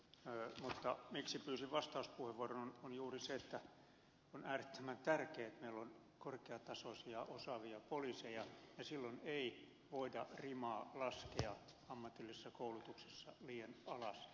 mutta syy miksi pyysin vastauspuheenvuoron on juuri se että on äärettömän tärkeätä että meillä on korkeatasoisia osaavia poliiseja ja silloin ei voida rimaa laskea ammatillisessa koulutuksessa liian alas